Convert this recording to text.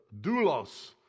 doulos